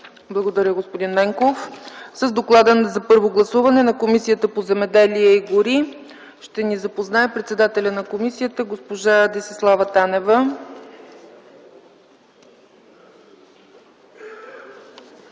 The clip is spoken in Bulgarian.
Благодаря, господин Ненков. С доклада за първо гласуване на Комисията по земеделието и горите ще ни запознае председателят на комисията госпожа Десислава Танева.